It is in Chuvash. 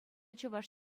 чӑваш